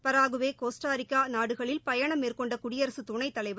Paraguay Costa Rica நாடுகளில் பயணம் மேற்கொண்ட குடியரசு துணைத் தலைவர்